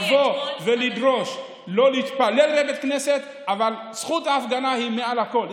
אבל לבוא ולדרוש לא להתפלל בבית כנסת אבל זכות ההפגנה היא מעל הכול?